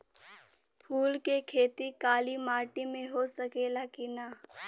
फूल के खेती काली माटी में हो सकेला की ना?